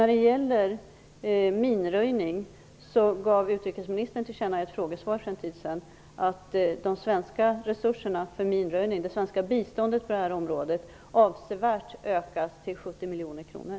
När det gäller minröjning gav utrikesministern för en tid sedan till känna i ett frågesvar att det svenska biståndet för minröjning avsevärt ökas, till 70 miljoner kronor.